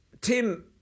Tim